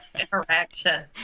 interaction